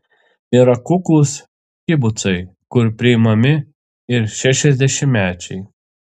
yra kuklūs kibucai kur priimami ir šešiasdešimtmečiai